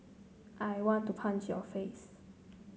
I want to punch your face